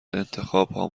انتخابهام